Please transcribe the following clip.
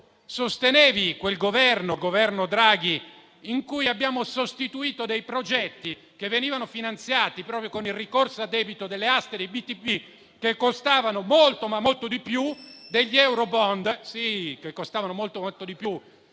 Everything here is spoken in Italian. sosteneva il Governo Draghi, in cui abbiamo sostituito progetti che venivano finanziati proprio con il ricorso a debito delle aste dei BTP, che costavano decisamente molto di più degli eurobond.